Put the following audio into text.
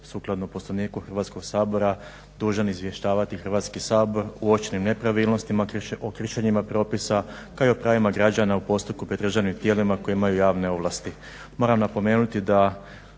sukladno Poslovniku Hrvatskog sabora dužan izvještavati Sabor o uočenim nepravilnostima o kršenjima propisa kao i o pravima građana u postupku pred državnim tijelima koje imaju javne ovlasti. Moram napomenuti da